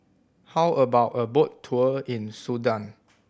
how about a boat tour in Sudan